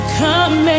come